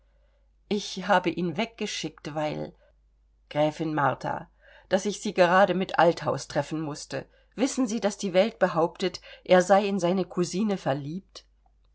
ich habe ihn weggeschickt weil gräfin martha daß ich sie gerade mit althaus treffen mußte wissen sie daß die welt behauptet er sei in seine cousine verliebt